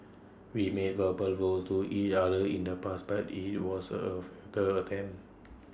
we made verbal vows to each other in the past but IT was A futile attempt